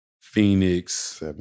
Phoenix